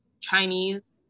Chinese